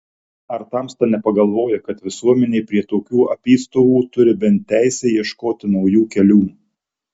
ar tamsta nepagalvoji kad visuomenė prie tokių apystovų turi bent teisę ieškoti naujų kelių